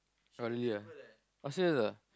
oh really ah oh serious ah